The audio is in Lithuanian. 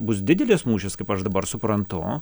bus didelis mūšis kaip aš dabar suprantu